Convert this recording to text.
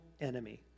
enemy